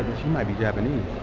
she might be japanese